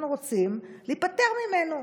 אנחנו רוצים להיפטר ממנו.